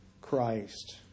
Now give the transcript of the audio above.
Christ